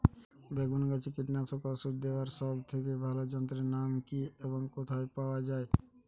বেগুন গাছে কীটনাশক ওষুধ দেওয়ার সব থেকে ভালো যন্ত্রের নাম কি এবং কোথায় পাওয়া যায়?